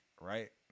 right